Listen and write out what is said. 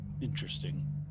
Interesting